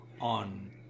on